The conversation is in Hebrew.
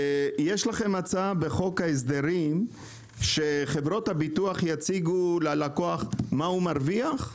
יש לכם הצעה בחוק ההסדרים שחברות הביטוח יציגו ללקוח מה הוא מרוויח?